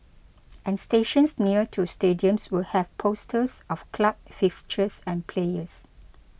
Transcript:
and stations near to stadiums will have posters of club fixtures and players